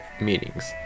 meetings